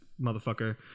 motherfucker